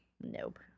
nope